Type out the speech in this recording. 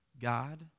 God